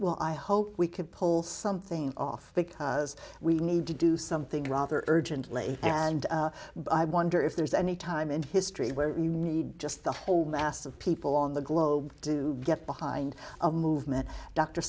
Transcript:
well i hope we can pull something off because we need to do something rather urgently and i wonder if there's any time in history where you need just the whole mass of people on the globe do get behind a movement dr